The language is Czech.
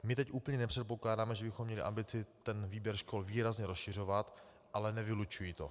My teď úplně nepředpokládáme, že bychom měli ambici ten výběr škol výrazně rozšiřovat, ale nevylučuji to.